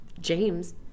James